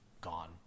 gone